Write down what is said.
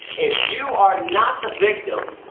if you are not the victim,